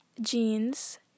jeans